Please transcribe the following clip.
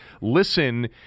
listen